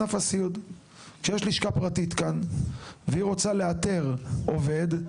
כשיש לשכה פרטית כאן והיא רוצה לאתר עובד,